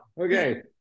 Okay